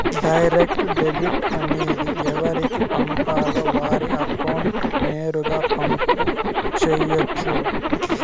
direct debit అనేది ఎవరికి పంపాలో వారి అకౌంట్ నేరుగా పంపు చేయొచ్చు